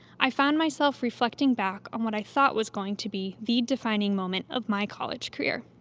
i found myself reflecting back on what i thought was going to be the defining moment of my college career,